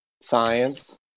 science